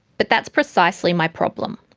but that's precisely my problem.